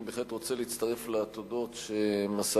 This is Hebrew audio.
אני בהחלט רוצה להצטרף לתודות שמסר